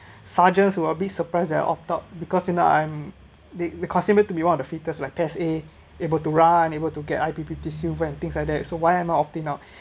sergeant were be surprised that I opt out because you know I'm be be consummate to be want one is the fitness like test a able to run able to get I_P_P_T and things like that so why I am are opting out